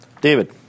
David